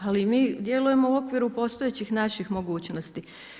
Ali, mi djelujemo u okviru postojećih naših mogućnosti.